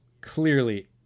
clearly